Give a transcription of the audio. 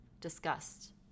discussed